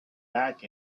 back